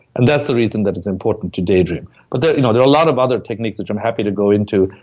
and that's the reason that it's important to daydream but there are you know a lot of other techniques, which i'm happy to go into,